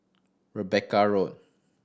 Rebecca Road